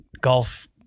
golf